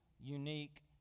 unique